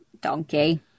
donkey